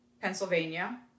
Pennsylvania